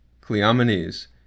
Cleomenes